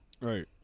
Right